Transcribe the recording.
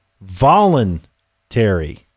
Voluntary